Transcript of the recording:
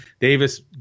Davis